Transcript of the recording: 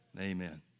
Amen